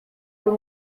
por